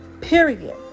period